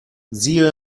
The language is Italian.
zio